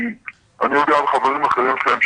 כי אני יודע על חברים אחרים שלהם,